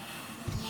בישראל.